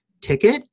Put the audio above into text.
Ticket